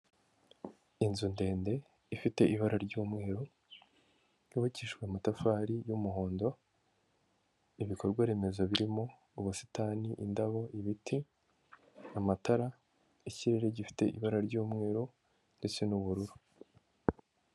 Inzu ndende ifite ibara ry'umweru yubakishijwe amatafari y'umuhondo, ibikorwa remezo birimo ubusitani, indabo ibiti, amatara ikirere gifite ibara ry'umweru ndetse n'ubururu.